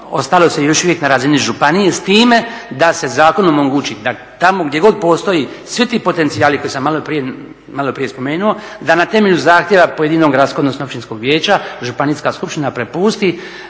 ostalo se još uvijek na razini županije, s time da se zakonom omogući da tamo gdje god postoje svi ti potencijali koje sam maloprije spomenuo da na temelju zahtjeva pojedinog gradskog i općinskog vijeća županijska skupština prepusti